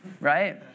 right